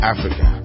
Africa